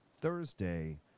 Thursday